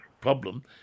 problem